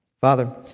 Father